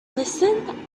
listen